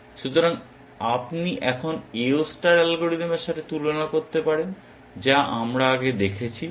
সুতরাং আপনি এখন AO ষ্টার অ্যালগরিদমের সাথে তুলনা করতে পারেন যা আমরা আগে দেখেছি